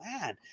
man